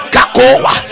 Kakoa